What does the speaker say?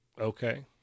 okay